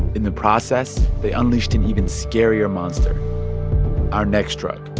in the process, they unleashed an even scarier monster our next drug,